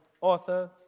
author